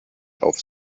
auf